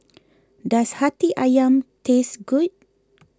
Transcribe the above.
does Hati Ayam taste good